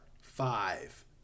Five